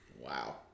Wow